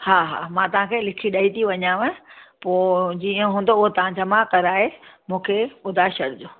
हा हा मां तव्हांखे लिखी ॾेई थी वञांव पोइ जीअं हूंदो उहो तव्हां जमा कराए मूंखे ॿुधाए छॾिजो